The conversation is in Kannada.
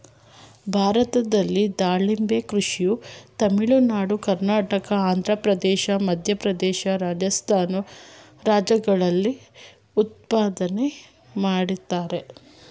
ಭಾರತದಲ್ಲಿ ದಾಳಿಂಬೆ ಕೃಷಿಯ ತಮಿಳುನಾಡು ಕರ್ನಾಟಕ ಆಂಧ್ರಪ್ರದೇಶ ಮಧ್ಯಪ್ರದೇಶ ರಾಜಸ್ಥಾನಿ ರಾಜ್ಯಗಳಲ್ಲಿ ಉತ್ಪಾದನೆ ಮಾಡ್ತರೆ